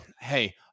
hey